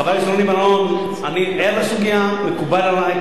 חבר הכנסת בר-און, אני ער לסוגיה, מקובל עלי.